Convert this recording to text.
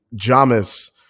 Jamis